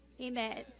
amen